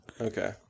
okay